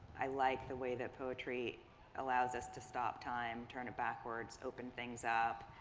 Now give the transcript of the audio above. i like the way that poetry allows us to stop time, turn it backwards, open things up.